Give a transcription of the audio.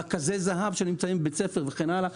רכזי זה"ב שנמצאים בבית הספר וכן הלאה,